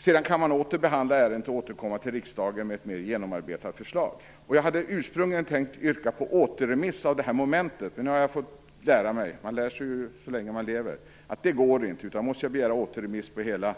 Sedan kan man åter behandla ärendet och återkomma till riksdagen med ett mer genomarbetat förslag. Jag hade ursprungligen tänkt yrka på återremiss av det här momentet. Men nu har jag fått lära mig, man lär sig ju så länge man lever, att det går inte. Då måste jag begära återremiss av hela